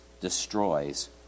destroys